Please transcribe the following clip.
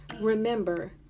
Remember